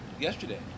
yesterday